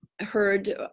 heard